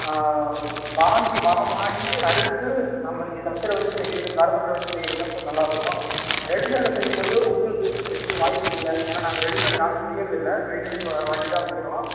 வாங்கி மரம் வாங்கி அறுத்து நம்ம நீங்கள் தச்சர் வச்சு செய்கிறது கார்பெண்டர் வச்சு செய்கிறது தான் சார் நல்லா இருக்கும் ரெடிமேடு செய்யும் போது ஒரிஜினல் தேக்கு கிடைக்கறதுக்கு வாய்ப்பில்லை ஏன்னா நாங்கள் ரெடிமேடு நாங்கள் செய்கிறதில்ல வெளியிலேருந்து வர வாங்கி தான் விற்கிறோம்